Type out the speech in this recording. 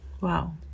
Wow